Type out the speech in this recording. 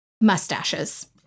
Mustaches